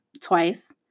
twice